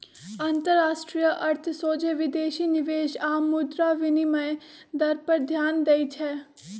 अंतरराष्ट्रीय अर्थ सोझे विदेशी निवेश आऽ मुद्रा विनिमय दर पर ध्यान देइ छै